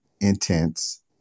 intense